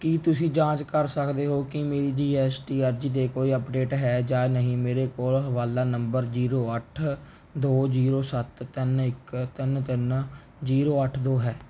ਕੀ ਤੁਸੀਂ ਜਾਂਚ ਕਰ ਸਕਦੇ ਹੋ ਕਿ ਮੇਰੀ ਜੀ ਐੱਸ ਟੀ ਅਰਜ਼ੀ 'ਤੇ ਕੋਈ ਅੱਪਡੇਟ ਹੈ ਜਾਂ ਨਹੀਂ ਮੇਰੇ ਕੋਲ ਹਵਾਲਾ ਨੰਬਰ ਜ਼ੀਰੋ ਅੱਠ ਦੋ ਜ਼ੀਰੋ ਸੱਤ ਤਿੰਨ ਇੱਕ ਤਿੰਨ ਤਿੰਨ ਜ਼ੀਰੋ ਅੱਠ ਦੋ ਹੈ